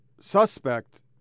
suspect